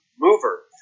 mover